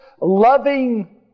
loving